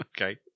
okay